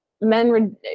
men